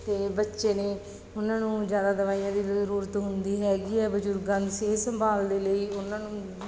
ਅਤੇ ਬੱਚੇ ਨੇ ਉਹਨਾਂ ਨੂੰ ਜ਼ਿਆਦਾ ਦਵਾਈਆਂ ਦੀ ਜ਼ਰੂਰਤ ਹੁੰਦੀ ਹੈਗੀ ਹੈ ਬਜ਼ੁਰਗਾਂ ਦੀ ਸਿਹਤ ਸੰਭਾਲ ਦੇ ਲਈ ਉਹਨਾਂ ਨੂੰ